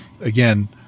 Again